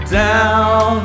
down